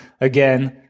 again